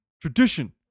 Tradition